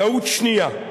טעות שנייה,